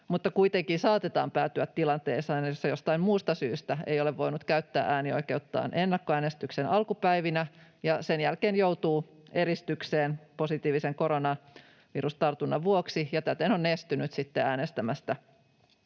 kuitenkin saatetaan päätyä tilanteeseen, jossa jostain muusta syystä ei ole voinut käyttää äänioikeuttaan ennakkoäänestyksen alkupäivinä ja sen jälkeen joutuu eristykseen positiivisen koronavirustartunnan vuoksi ja täten on estynyt sitten äänestämästä